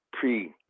pre